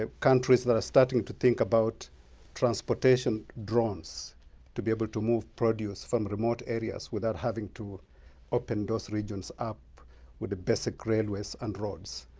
ah countries are starting to think about transportation drones to be able to move produce from remote areas without having to open those regions up with the basic railways and roads.